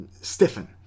stiffen